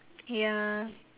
ya